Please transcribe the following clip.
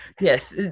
Yes